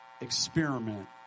experiment